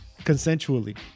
consensually